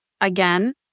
again